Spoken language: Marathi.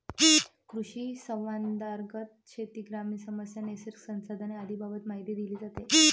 कृषिसंवादांतर्गत शेती, ग्रामीण समस्या, नैसर्गिक संसाधने आदींबाबत माहिती दिली जाते